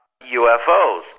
UFOs